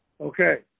Okay